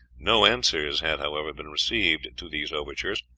no answers had, however, been received to these overtures,